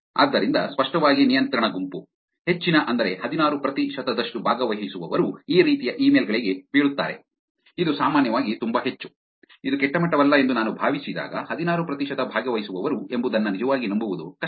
ಆದ್ದರಿಂದ ಸ್ಪಷ್ಟವಾಗಿ ನಿಯಂತ್ರಣ ಗುಂಪು ಹೆಚ್ಚಿನ ಅಂದರೆ ಹದಿನಾರು ಪ್ರತಿಶತದಷ್ಟು ಭಾಗವಹಿಸುವವರು ಈ ರೀತಿಯ ಇಮೇಲ್ ಗಳಿಗೆ ಬೀಳುತ್ತಾರೆ ಇದು ಸಾಮಾನ್ಯವಾಗಿ ತುಂಬಾ ಹೆಚ್ಚು ಇದು ಕೆಟ್ಟ ಮಟ್ಟವಲ್ಲ ಎಂದು ನಾನು ಭಾವಿಸಿದಾಗ ಹದಿನಾರು ಪ್ರತಿಶತ ಭಾಗವಹಿಸುವವರು ಎಂಬುದನ್ನ ನಿಜವಾಗಿ ನಂಬುವುದು ಕಷ್ಟ